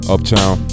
Uptown